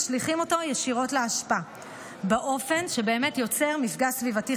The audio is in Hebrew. הם משליכים אותו ישירות לאשפה באופן שבאמת יוצר מפגע סביבתי